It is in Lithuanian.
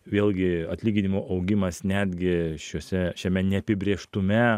vėlgi atlyginimų augimas netgi šiose šiame neapibrėžtume